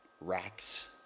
racks